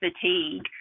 fatigue